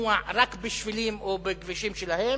לנוע רק בשבילים או בכבישים שלהם,